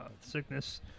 sickness